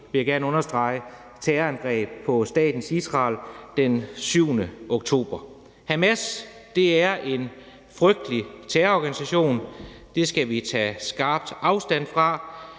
vil jeg gerne understrege, terrorangreb på staten Israel den 7. oktober. Hamas er en frygtelig terrororganisation. Det skal vi tage skarp afstand fra,